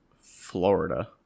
Florida